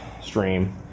stream